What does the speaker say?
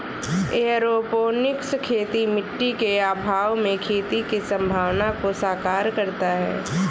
aeroponics खेती मिट्टी के अभाव में खेती की संभावना को साकार करता है